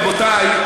רבותי,